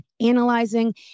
analyzing